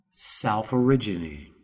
self-originating